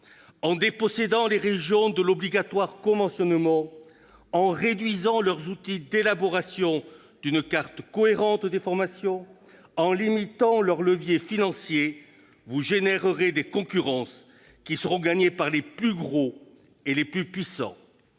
En dépossédant les régions de l'obligatoire conventionnement, en réduisant leurs outils d'élaboration d'une carte cohérente des formations, en limitant leurs leviers financiers, vous générerez des concurrences qui seront gagnées par les plus gros et les plus puissants.